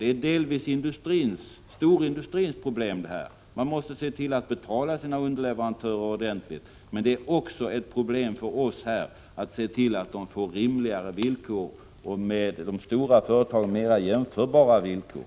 De är delvis storindustrins problem — den måste se till att betala sina underleverantörer ordentligt — men det är också ett problem för oss här att se till att de får rimligare villkor och med de stora företagen mera jämförbara villkor.